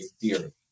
theory